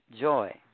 joy